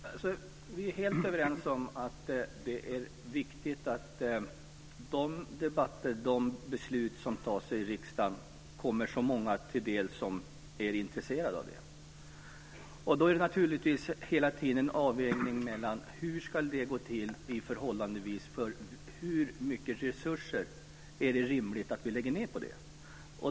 Herr talman! Vi är helt överens om att det är viktigt att de debatter som förs och de beslut som fattas i riksdagen kommer så många till del som är intresserade av det. Då är det naturligtvis hela tiden en avvägning mellan hur det ska gå till i förhållande till hur mycket resurser det är rimligt att vi lägger ned på det.